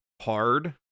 hard